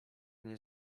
nie